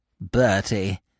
Bertie